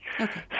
okay